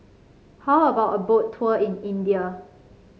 how about a Boat Tour in India